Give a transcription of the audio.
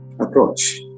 approach